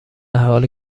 حالی